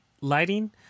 lighting